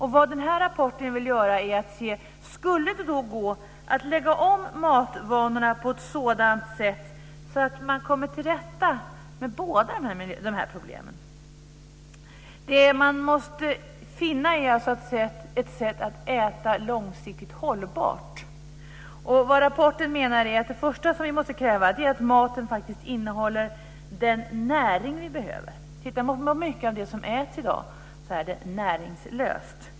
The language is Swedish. I den här rapporten vill man se om det skulle gå att lägga om matvanorna på ett sådant sätt att man kommer till rätta med båda dessa problem. Man måste alltså finna ett sätt att äta långsiktigt hållbart. I rapporten menar man att det första som vi måste kräva är att maten faktiskt innehåller den näring som vi behöver. Om vi tittar på mycket av det som äts i dag ser vi att det är näringslöst.